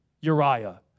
Uriah